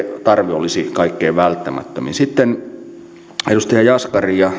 olisi kaikkein välttämättömin sitten edustaja jaskari ja